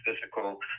physical